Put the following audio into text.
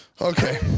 Okay